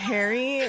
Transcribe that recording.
Harry